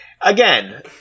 again